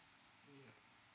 oh yeah